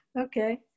Okay